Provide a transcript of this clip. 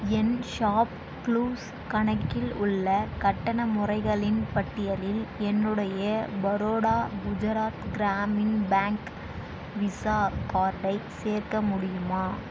என் ShopClues கணக்கில் உள்ள கட்டண முறைகளின் பட்டியலில் என்னுடைய பரோடா குஜராத் கிராமின் பேங்க் விசா கார்டை சேர்க்க முடியுமா